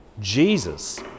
Jesus